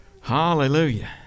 Hallelujah